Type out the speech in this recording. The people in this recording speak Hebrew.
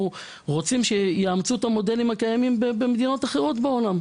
אנחנו רוצים שיאמצו את המודלים הקיימים במדינות אחרות בעולם,